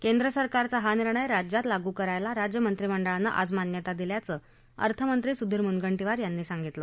केंद्रसरकारचा हा निर्णय राज्यात लागू करायला राज्यमंत्रिमंडळानं आज मान्यता दिल्याचं अर्थमंत्री सुधीर मुनगंटीवार यांनी सांगितलं